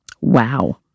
Wow